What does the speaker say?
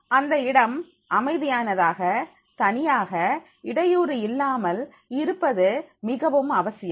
அந்த இடம் அமைதியானதாக தனியாக இடையூறு இல்லாமல் இருப்பது மிகவும் அவசியம்